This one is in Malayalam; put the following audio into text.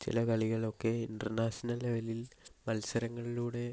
ചില കളികളൊക്കെ ഇൻ്റർനാഷണൽ ലെവലിൽ മത്സരങ്ങളിലൂടെ